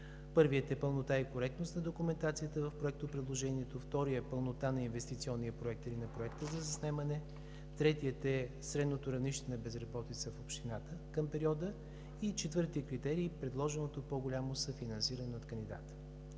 първият е пълнота и коректност на документацията в проектопредложението; вторият е пълнота на инвестиционния проект или на проекта за заснемане; третият е средното равнище на безработицата в общината към периода, и четвъртият критерий – предложеното по-голямо съфинансиране от кандидата.